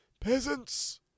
Peasants